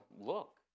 look